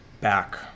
back